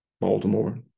Baltimore